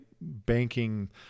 banking